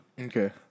Okay